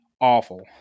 awful